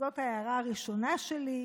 אז זאת ההערה הראשונה שלי.